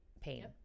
pain